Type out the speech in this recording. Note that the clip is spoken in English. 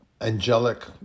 angelic